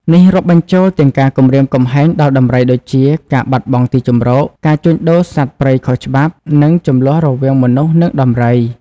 នេះរាប់បញ្ចូលទាំងការគំរាមកំហែងដល់ដំរីដូចជា ការបាត់បង់ទីជម្រក ការជួញដូរសត្វព្រៃខុសច្បាប់ និងជម្លោះរវាងមនុស្សនិងដំរី។